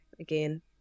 again